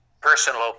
personal